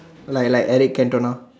like like Eric Cantone